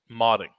modding